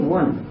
one